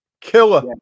killer